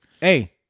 Hey